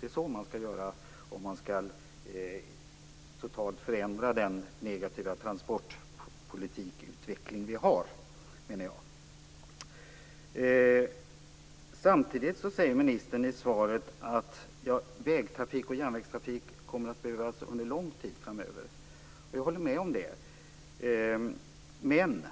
Det är så man skall göra om man totalt skall förändra den negativa transportpolitikutveckling vi har, menar jag. Samtidigt säger ministern i svaret att vägtrafik och järnvägstrafik kommer att behövas under lång tid framöver. Jag håller med om det. Men